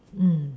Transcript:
mm